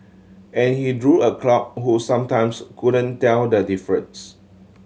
and he drew a crowd who sometimes couldn't tell the difference